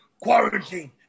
quarantine